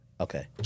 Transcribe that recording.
okay